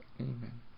amen